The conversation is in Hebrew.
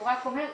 הוא רק אומר,